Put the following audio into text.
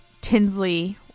Tinsley